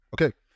okay